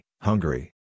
Hungary